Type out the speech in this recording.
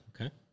Okay